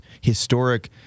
historic